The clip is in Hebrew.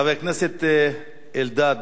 חבר הכנסת אלדד,